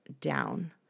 down